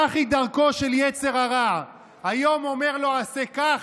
כך היא דרכו של יצר הרע, היום אומר לו: עשה כך,